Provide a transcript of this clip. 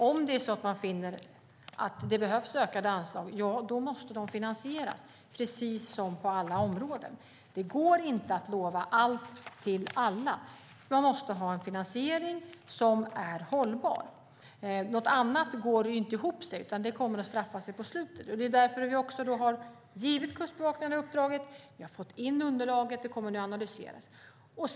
Om man finner att det behövs ökade anslag, då måste de finansieras, precis som på alla områden. Det går inte att lova allt till alla. Man måste ha en finansiering som är hållbar. Någonting annat går inte ihop, utan det kommer att straffa sig på slutet. Det är därför som vi har givit Kustbevakningen uppdraget. Vi har fått in ett underlag, och det kommer att analyseras.